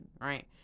right